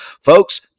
Folks